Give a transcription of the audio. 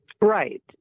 Right